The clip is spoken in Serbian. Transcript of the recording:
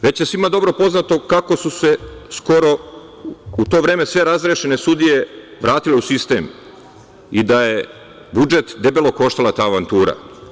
Već je svima dobro poznato kako su se skoro, u to vreme, razrešene sudije vratile u sistem i da je budžet debelo koštala ta avantura.